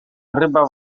ryba